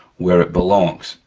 where it belongs,